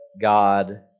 God